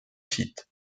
site